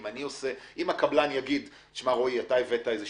אם הקבלן יגיד: אתה הבאת שיפוצניק,